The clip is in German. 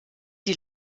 die